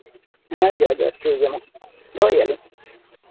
ᱦᱮᱸ ᱡᱚᱦᱟᱨ ᱡᱚᱦᱟᱨ ᱴᱷᱤᱠ ᱜᱮᱭᱟ ᱢᱟ ᱫᱚᱦᱚᱭᱮᱫᱼᱟ ᱞᱤᱧ